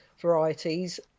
varieties